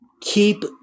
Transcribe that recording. keep